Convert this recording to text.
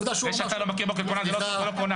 זה שאתה לא מכיר בו ככונן, זה לא אומר שהוא כונן.